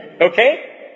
Okay